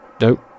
Nope